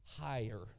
higher